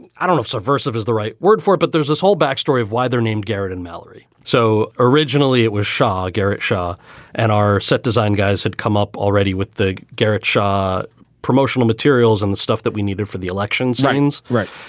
and i don't know, subversive is the right word for it. but there's this whole backstory of why they're named garrett and hillary so originally it was shah, garett shah and are set design guys had come up already with the garett shah promotional materials and the stuff that we needed for the election signs. right.